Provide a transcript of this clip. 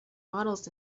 models